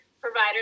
providers